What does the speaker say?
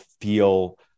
feel